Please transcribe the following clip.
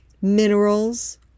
minerals